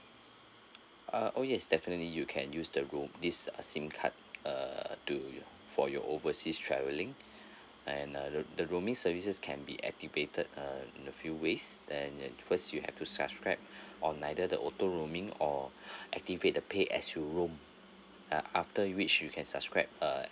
ah oh yes definitely you can use the roam this uh SIM card uh to for your overseas traveling and uh the roaming services can be activated uh in a few ways then and first you have to subscribe on either the auto roaming or activate the pay as you roam uh after which you can subscribe uh